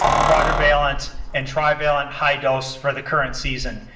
quadrivalent and trivalent high dose for the current season.